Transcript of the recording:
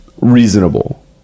reasonable